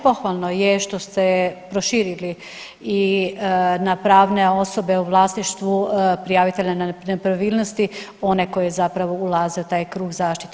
Pohvalno je što ste proširili i na pravne osobe u vlasništvu prijavitelja nepravilnosti one koji zapravo ulaze u taj krug zaštite.